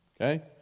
Okay